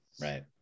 Right